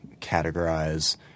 categorize